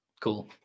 Cool